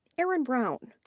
aaron brown,